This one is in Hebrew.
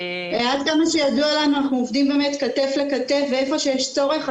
עד כמה שידוע לנו אנחנו עובדים באמת כתף לכתף ואיפה שיש צורך,